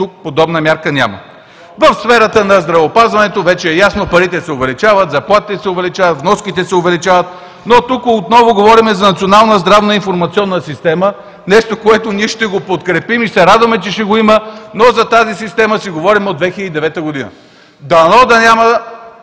тук подобна мярка няма. В сферата на здравеопазването вече е ясно – парите се увеличават, заплатите се увеличават, вноските се увеличават, но тук отново говорим за национална здравна информационна система. Нещо, което ние ще го подкрепим и се радваме, че ще го има, но за тази система си говорим от 2009 г. Дано тол